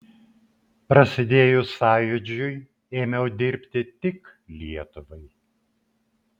prasidėjus sąjūdžiui ėmiau dirbti tik lietuvai